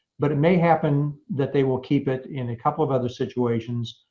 but it may happen that they will keep it in a couple of other situations.